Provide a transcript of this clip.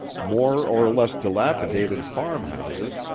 more or less dilapidated farm-houses,